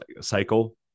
cycle